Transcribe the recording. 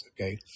Okay